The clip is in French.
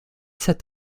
sept